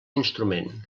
instrument